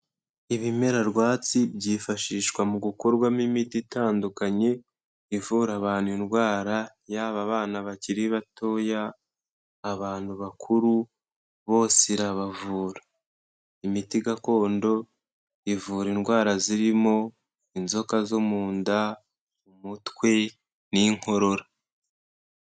Ibimera rwatsi byifashishwa mu gukorwamo imiti itandukanye, ivura abantu indwara yaba abana bakiri batoya, abantu bakuru bose irabavura. Imiti gakondo ivura indwara zirimo inzoka zo mu nda, umutwe n'inkorora.